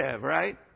right